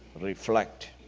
Reflect